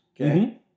okay